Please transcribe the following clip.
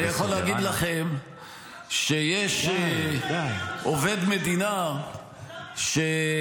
אני יכול להגיד לכם שיש עובד מדינה שביקש